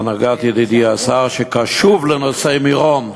בהנהגת ידידי השר, שקשוב לנושא מירון,